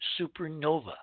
supernova